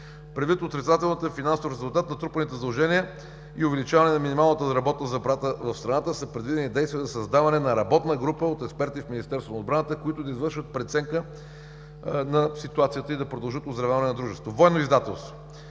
Предвид отрицателния финансов резултат, натрупаните задължения и увеличаване на минималната работна заплата в страната са предвидени действия за създаване на работна група от експерти в Министерство на отбраната, които да извършват преценка на ситуацията и да продължат оздравяване на дружеството. (Председателят